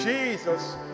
Jesus